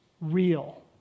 real